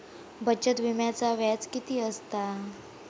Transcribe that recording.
बचत विम्याचा व्याज किती असता?